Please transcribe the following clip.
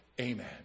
Amen